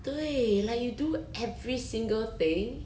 对 like you do every single thing